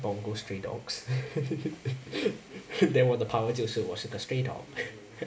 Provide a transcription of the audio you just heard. bungou stray dogs then 我的 power 就是我是个 stray dog